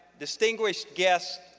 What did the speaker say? distinguished guests,